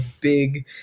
big